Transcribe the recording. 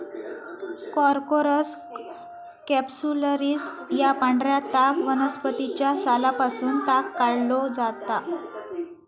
Corchorus capsularis या पांढऱ्या ताग वनस्पतीच्या सालापासून ताग काढलो जाता